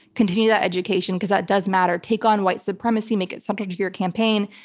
continue that education because that does matter. take on white supremacy. make it subject to your campaign,